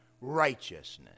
righteousness